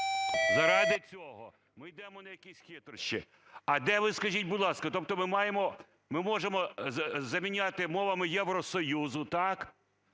заради цього ми йдемо на якісь хитрощі. А де ви, скажіть, будь ласка… Тобто ми маємо, ми можемо заміняти мовами Євросоюзу, так,